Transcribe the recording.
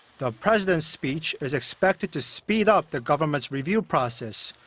the president's speech is expected to speed up the government's review process,